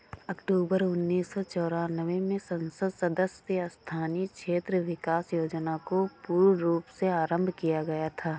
अक्टूबर उन्नीस सौ चौरानवे में संसद सदस्य स्थानीय क्षेत्र विकास योजना को पूर्ण रूप से आरम्भ किया गया था